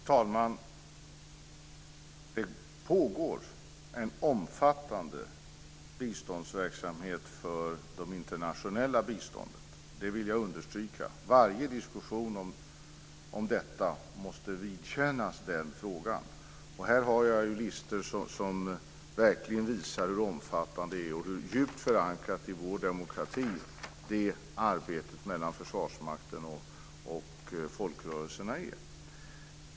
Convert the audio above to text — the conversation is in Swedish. Fru talman! Det pågår en omfattande verksamhet för det internationella biståndet. Det vill jag understryka. Varje diskussion om denna fråga måste vidkännas detta. Jag har listor som verkligen visar hur omfattande detta arbete är och hur djupt förankrat i vår demokrati samarbetet mellan Försvarsmakten och folkrörelserna är.